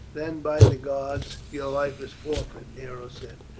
then, by the gods, your life is forfeit! nero said,